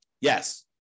Yes